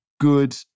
good